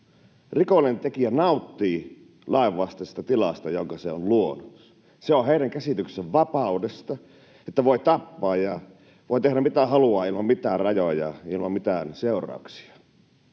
Rikollinen tekijä nauttii lainvastaisesta tilasta, jonka se on luonut. Se on heidän käsityksensä vapaudesta, että voi tappaa ja voi tehdä mitä haluaa ilman mitään rajoja, ilman mitään seurauksia.